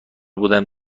بودم